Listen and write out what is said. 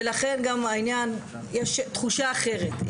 ולכן גם העניין, יש תחושה אחרת.